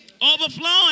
Overflowing